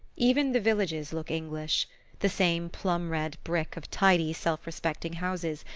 even the villages look english the same plum-red brick of tidy self-respecting houses,